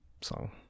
song